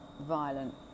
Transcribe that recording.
violent